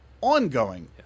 ongoing